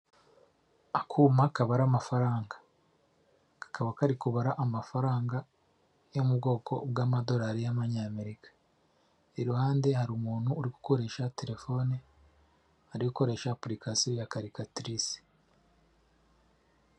Akuma kabara amafaranga kakaba kari kubara amafaranga yo mu bwoko bw'amadolari y' abanyamerika iruhande hari umuntu uri gukoresha telefone, arigukoresha apurikasiyo ya karikatirise.